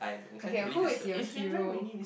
okay who is your hero